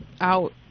out